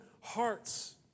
hearts